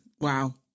wow